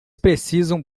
precisam